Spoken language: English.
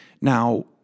Now